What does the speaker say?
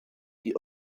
die